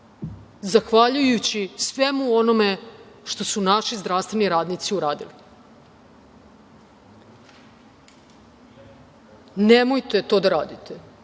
zahvaljujući svemu onome što su naši zdravstveni radnici uradili. Nemojte to da radite.